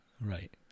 Right